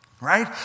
right